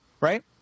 Right